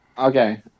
Okay